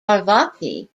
parvati